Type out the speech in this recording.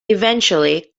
eventually